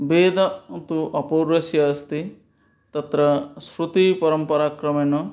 वेदः तु अपौरुषेयः अस्ति तत्र श्रुतिपरम्पराक्रमेण